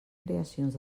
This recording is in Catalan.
creacions